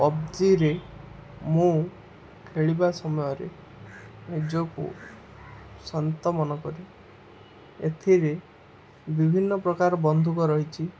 ପବ୍ଜିରେ ମୁଁ ଖେଳିବା ସମୟରେ ନିଜକୁ ଶାନ୍ତ ମନକରି ଏଥିରେ ବିଭିନ୍ନ ପ୍ରକାର ବନ୍ଧୁକ ରହିଛି